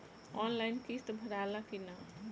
Online किस्त भराला कि ना?